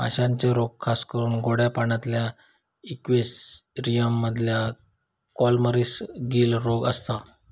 माश्यांचे रोग खासकरून गोड्या पाण्यातल्या इक्वेरियम मधल्या कॉलमरीस, गील रोग असता